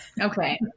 Okay